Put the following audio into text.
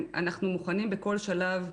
אנחנו מוכנים בכל שלב.